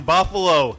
Buffalo